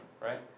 right